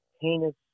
heinous